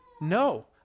no